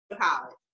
college